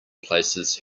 places